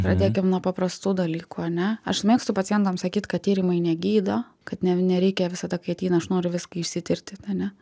pradėkim nuo paprastų dalykų ane aš mėgstu pacientam sakyt kad tyrimai negydo kad ne nereikia visada kai ateina aš noriu viską išsitirti ane